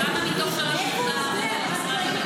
כמה מתוך 3.4 למשרד הביטחון?